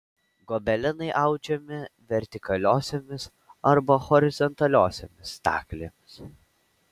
gobelenai audžiami vertikaliosiomis arba horizontaliosiomis staklėmis